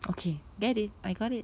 okay get it I got it